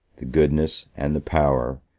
the goodness, and the power,